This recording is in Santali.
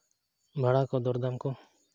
ᱵᱷᱟᱲᱟ ᱠᱚ ᱫᱚᱨᱫᱟᱢ ᱠᱚ